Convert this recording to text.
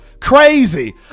crazy